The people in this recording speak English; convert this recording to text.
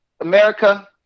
America